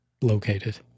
located